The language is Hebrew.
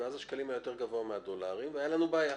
אז הסכום בשקלים היה גבוה יותר מן הסכום בדולרים והייתה לנו בעיה.